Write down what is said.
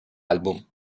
album